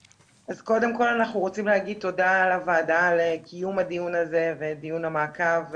קודם כל אנחנו רוצים להגיד תודה לוועדה על קיום הדיון הזה ודיון המעקב,